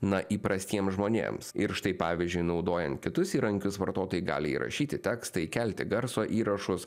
na įprastiem žmonėms ir štai pavyzdžiui naudojant kitus įrankius vartotojai gali įrašyti tekstą įkelti garso įrašus